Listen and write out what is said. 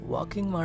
Walking